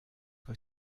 were